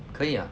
可以 ah